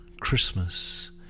Christmas